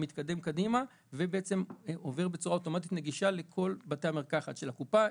זה מתקדם קדימה ועובר בצורה אוטומטית נגישה לכל בתי המרקחת של הקופה,